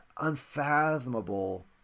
unfathomable